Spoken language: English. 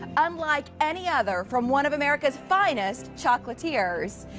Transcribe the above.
unlike any other from one of america's finest chocolatiers.